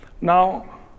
Now